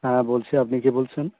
হ্যাঁ বলছি আপনি কে বলছেন